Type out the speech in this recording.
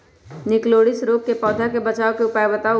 निककरोलीसिस रोग से पौधा के बचाव के उपाय बताऊ?